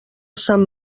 sant